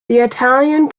italian